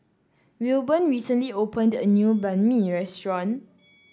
Wilburn recently opened a new Banh Mi restaurant